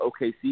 OKC